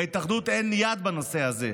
להתאחדות אין יד בנושא הזה.